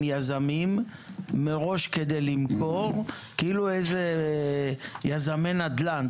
יזמים מראש כדי למכור כאילו איזה יזמי נדל"ן,